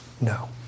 No